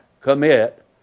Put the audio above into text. commit